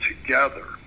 together